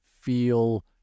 feel